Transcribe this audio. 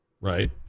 right